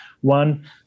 One